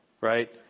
right